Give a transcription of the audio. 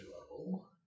level